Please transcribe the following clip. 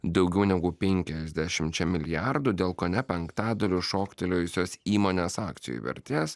daugiau negu penkiasdešimčia milijardų dėl kone penktadaliu šoktelėjusios įmonės akcijų vertės